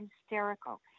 hysterical